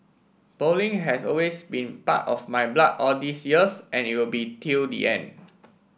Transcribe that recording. bowling has always been part of my blood all these years and it will be till the end